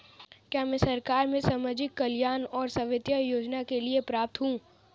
क्या मैं सरकार के सामाजिक कल्याण और स्वास्थ्य योजना के लिए पात्र हूं?